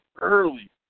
early